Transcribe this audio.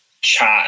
chat